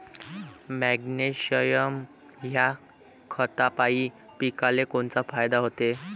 Magnesium ह्या खतापायी पिकाले कोनचा फायदा होते?